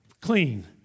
clean